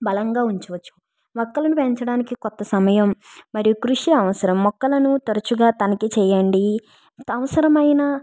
బలంగా ఉంచవచ్చు మొక్కలను పెంచడానికి కొత్త సమయం మరియు కృషి అవసరం మొక్కలను తరుచుగా తనిఖీ చేయండి అవసరమైన